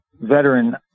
veteran